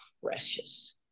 precious